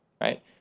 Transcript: right